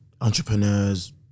entrepreneurs